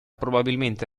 probabilmente